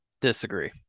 Disagree